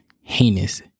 heinous